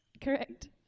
Correct